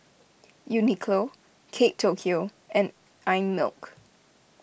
Uniqlo Kate Tokyo and Einmilk